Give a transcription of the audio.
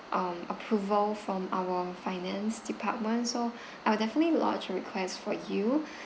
um approval from our finance department so I'll definitely lodge a request for you